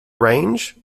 range